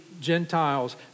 Gentiles